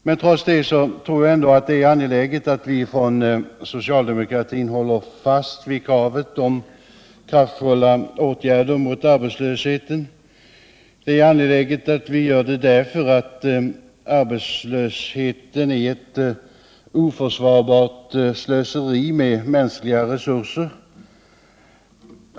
Men trots det tror jag ändå att det är angeläget att vi från socialdemokratin håller fast vid kravet på kraftfulla åtgärder mot arbetslösheten. Det är angeläget att vi gör det därför att arbetslösheten är ett oförsvarbart slöseri med mänskliga resurser.